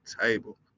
table